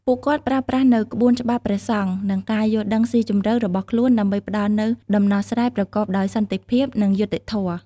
ពួកគាត់ប្រើប្រាស់នូវក្បួនច្បាប់ព្រះធម៌ និងការយល់ដឹងស៊ីជម្រៅរបស់ខ្លួនដើម្បីផ្តល់នូវដំណោះស្រាយប្រកបដោយសន្តិភាព និងយុត្តិធម៌។